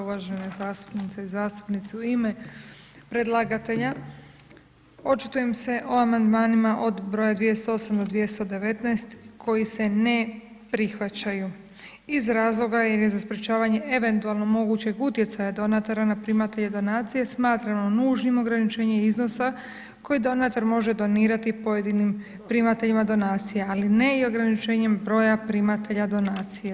Uvažene zastupnice i zastupnici, u ime predlagatelja očitujem se o amandmanima od br. 208 do 219 koji se ne prihvaćaju iz razloga jer je sprječavanje eventualno mogućeg utjecaja donatora na primatelja donacije smatrano nužnim ograničenjem iznosa koji donator može donirati pojedinim primateljima donacija ali ne i ograničenjem broja primatelja donacija.